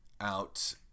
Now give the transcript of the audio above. out